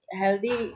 healthy